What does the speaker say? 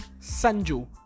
Sanju